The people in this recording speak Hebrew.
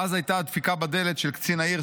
ואז הייתה הדפיקה בדלת של קצין העיר,